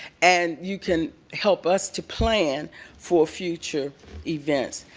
and you can help us to plan for future events.